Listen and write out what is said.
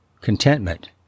contentment